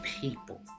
people